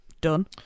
done